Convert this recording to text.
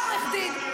אבל הוא היה עורך דין,